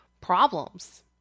problems